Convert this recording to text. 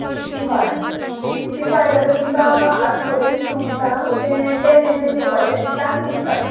fifty five fifty five जाल्यार तुमकां आस्कोरील फ्लू दितां तें टॅन एम एल घेवपाचें दिसाक तीन दां